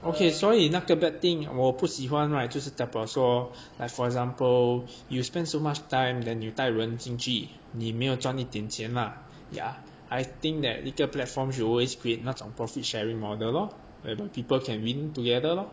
okay 所以那个 bad thing 我不喜欢 right 就是代表说 like for example you spend so much time then you 带人进去你没有沾一点钱啦 yeah I think that 一个 platforms should always create 那种 profit sharing model lor and people can win together lor